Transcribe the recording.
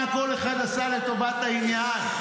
מה כל אחד עשה לטובת העניין.